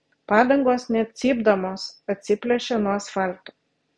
padangos net cypdamos atsiplėšė nuo asfalto